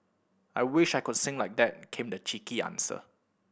I wish I could sing like that came the cheeky answer